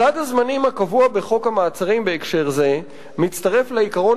סד הזמנים הקבוע בחוק המעצרים בהקשר זה מצטרף לעיקרון